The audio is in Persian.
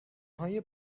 های